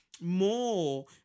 more